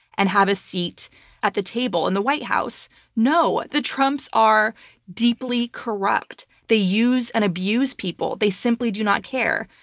and have a seat at the table in the white house. no. the trumps are deeply corrupt. they use and abuse people. they simply do not care.